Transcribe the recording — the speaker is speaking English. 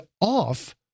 off